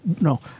No